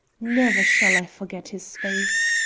never shall i forget his face.